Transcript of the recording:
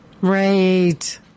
Right